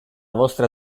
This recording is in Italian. vostra